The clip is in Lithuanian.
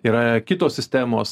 yra kitos sistemos